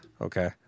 Okay